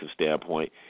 standpoint